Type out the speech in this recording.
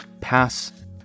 pass